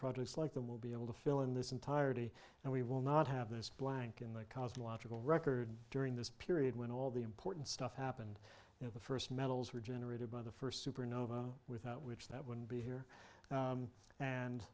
projects like them will be able to fill in this entirety and we will not have this blank in the cosmological record during this period when all the important stuff happened in the first metals were generated by the first supernova without which that wouldn't be here